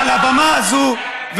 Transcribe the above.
על הבמה הזאת,